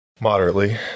Moderately